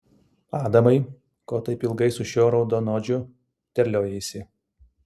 adamai ko taip ilgai su šiuo raudonodžiu terliojaisi